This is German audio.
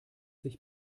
sich